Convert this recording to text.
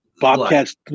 Bobcats